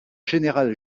général